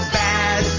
bad